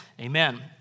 amen